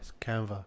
Canva